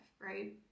right